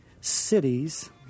cities